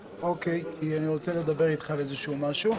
אוקיי, כי אני רוצה לדבר אתך על איזשהו משהו.